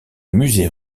musée